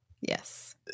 Yes